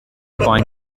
point